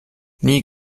nie